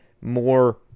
more